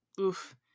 Oof